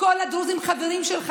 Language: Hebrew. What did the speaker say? כל הדרוזים חברים שלך,